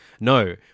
No